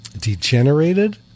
degenerated